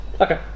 Okay